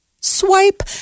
Swipe